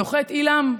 נוחת עילם.